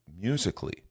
musically